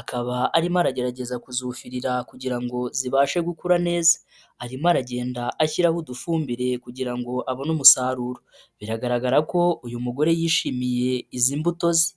akaba arimo aragerageza kuzufirira kugira ngo zibashe gukura neza, arimo aragenda ashyiraho udufumbire kugira ngo abone umusaruro, bigaragara ko uyu mugore yishimiye izi mbuto ze.